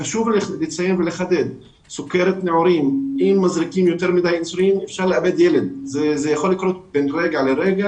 חשוב לציין ולחדד שאם מזריקים יותר מדיי אינסולין לילד שיש לו סוכרת